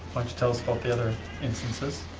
tell us about the other instances.